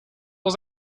was